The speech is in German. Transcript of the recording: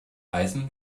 eisen